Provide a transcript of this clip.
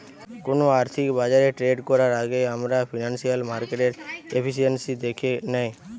কোনো আর্থিক বাজারে ট্রেড করার আগেই আমরা ফিনান্সিয়াল মার্কেটের এফিসিয়েন্সি দ্যাখে নেয়